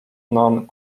none